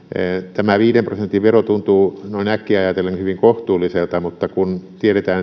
tämä viiden prosentin vero tuntuu noin äkkiä ajatellen hyvin kohtuulliselta mutta kun tiedetään